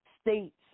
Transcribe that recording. states